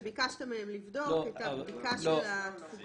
רשום לי שביקשת מהם לבדוק את הבדיקה של התפוגה.